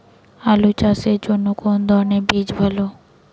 আলু চাষের জন্য কোন ধরণের বীজ ভালো?